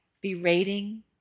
berating